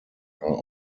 are